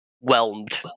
whelmed